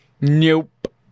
Nope